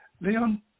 Leon